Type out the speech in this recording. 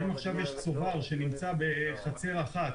ואם יש צובר שנמצא בחצר אחת